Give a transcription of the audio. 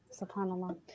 SubhanAllah